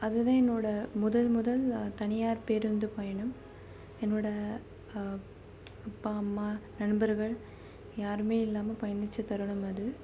அதுதான் என்னோடய முதல் முதல் தனியார் பேருந்து பயணம் என்னோடய அப்பா அம்மா நண்பர்கள் யாரும் இல்லாமல் பயணித்த தருணம் அது